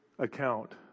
account